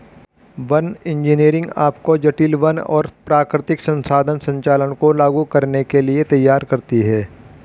one engineering आपको जटिल वन और प्राकृतिक संसाधन संचालन को लागू करने के लिए तैयार करती है